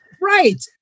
right